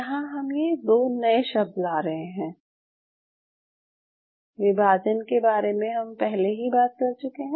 यहाँ हम ये दो नए शब्द ला रहे हैं विभाजन के बारे में हम पहले ही बात कर चुके हैं